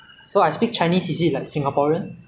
very good because that is what this project requires